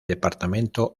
departamento